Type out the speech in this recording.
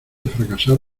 fracasar